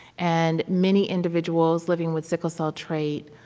and many individuals living with sickle cell trait